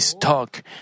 talk